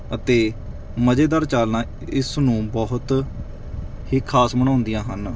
ਅਤੇ ਮਜ਼ੇਦਾਰ ਚਾਲਨਾ ਇਸ ਨੂੰ ਬਹੁਤ ਹੀ ਖਾਸ ਬਣਾਉਂਦੀਆਂ ਹਨ